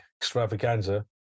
extravaganza